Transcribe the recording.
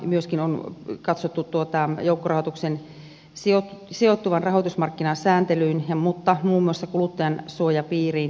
myöskin on katsottu joukkorahoituksen sijoittuvan rahoitusmarkkinasääntelyyn mutta myös muun muassa kuluttajansuojan piiriin